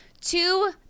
Two